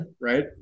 right